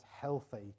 healthy